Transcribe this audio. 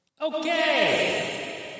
Okay